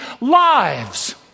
lives